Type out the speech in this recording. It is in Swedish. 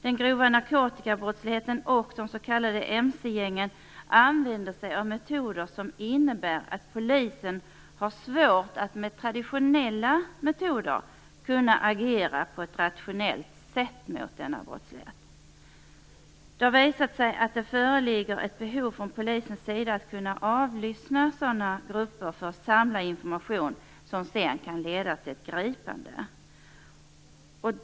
Den grova narkotikabrottsligheten och de s.k. mc-gängen använder sig av metoder som innebär att polisen har svårt att med traditionella metoder agera på ett rationellt sätt mot denna brottslighet. Det har visat sig att det föreligger ett behov från polisens sida att kunna avlyssna sådana grupper för att samla information som kan leda till gripande.